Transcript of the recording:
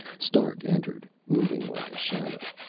stark entered, moving like a shadow.